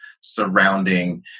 surrounding